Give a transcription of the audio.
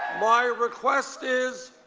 my request is,